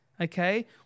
Okay